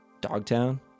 Dogtown